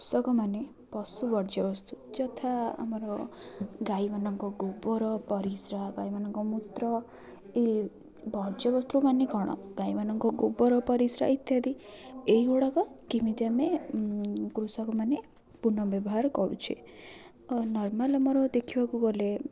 କୃଷକମାନେ ପଶୁ ବର୍ଜ୍ୟବସ୍ତୁ ଯଥା ଆମର ଗାଈମାନଙ୍କ ଗୋବର ପରିସ୍ରା ଗାଈମାନଙ୍କ ମୂତ୍ର ଏଇ ବର୍ଜ୍ୟବସ୍ତୁ ମାନେ କ'ଣ ଗାଈମାନଙ୍କ ଗୋବର ପରିସ୍ରା ଇତ୍ୟାଦି ଏଇ ଗୁଡ଼ାକ କେମିତି ଆମେ କୃଷକମାନେ ପୁନଃ ବ୍ୟବହାର କରୁଛେ ନର୍ମାଲ୍ ଆମର ଦେଖିବାକୁ ଗଲେ